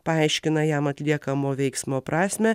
paaiškina jam atliekamo veiksmo prasmę